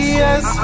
yes